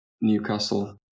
Newcastle